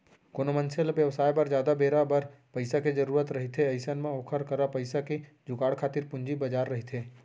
कोनो मनसे ल बेवसाय बर जादा बेरा बर पइसा के जरुरत रहिथे अइसन म ओखर करा पइसा के जुगाड़ खातिर पूंजी बजार रहिथे